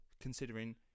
considering